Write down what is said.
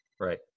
Right